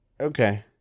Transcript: okay